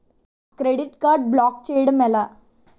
Credit card block చేయడం ఎలా?